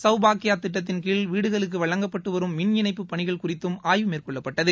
சௌபாக்கியா திட்டத்தின்கீழ் வீடுகளுக்கு வழங்கப்பட்டு வரும் மின் இணைப்பு பணிகள் குறித்தும் ஆய்வு மேற்கொள்ளப்பட்டது